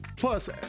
Plus